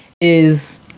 is-